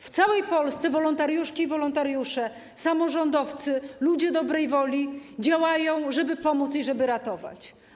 W całej Polsce wolontariuszki i wolontariusze, samorządowcy, ludzie dobrej woli działają, żeby pomóc i żeby ratować.